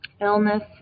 illness